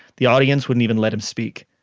the audience wouldn't even let him speak.